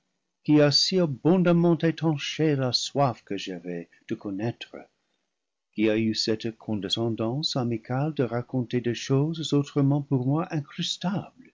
qui as si abondam ment étanché la soif que j'avais de connaître qui as eu cette condescendance amicale de raconter des choses autrement pour moi